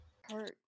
hurt